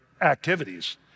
activities